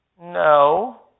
no